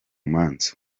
manza